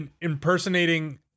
impersonating